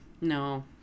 No